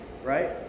Right